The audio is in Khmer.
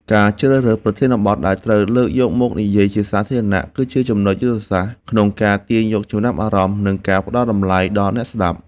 ការជ្រើសរើសប្រធានបទដែលត្រូវលើកយកមកនិយាយជាសាធារណៈ គឺជាចំណុចយុទ្ធសាស្ត្រក្នុងការទាញយកចំណាប់អារម្មណ៍ និងការផ្ដល់តម្លៃដល់អ្នកស្ដាប់។